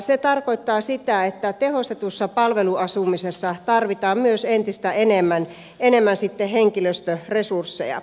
se tarkoittaa sitä että tehostetussa palveluasumisessa tarvitaan myös entistä enemmän henkilöstöresursseja